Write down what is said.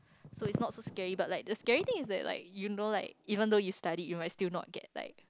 so it's not so scary but like the scary thing is that like you know like even though you study you might still not get like